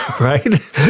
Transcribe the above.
right